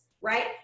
right